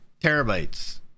terabytes